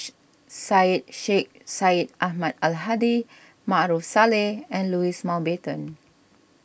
Syed Sheikh Syed Ahmad Al Hadi Maarof Salleh and Louis Mountbatten